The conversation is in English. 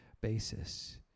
basis